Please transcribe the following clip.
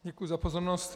Děkuji za pozornost.